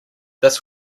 this